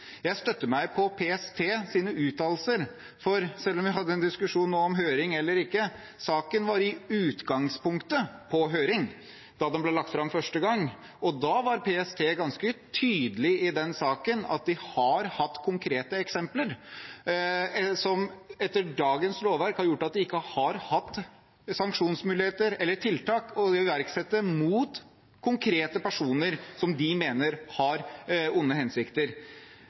Jeg støtter meg på PSTs uttalelser. Vi hadde en diskusjon nå om høring eller ikke, og saken var i utgangspunktet på høring da den ble lagt fram for første gang. PST var ganske tydelig på at de har hatt konkrete eksempler som etter dagens lovverk har gjort at de ikke har hatt sanksjonsmuligheter eller tiltak å iverksette mot konkrete personer som de mener har onde hensikter.